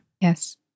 Yes